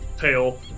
tail